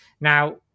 Now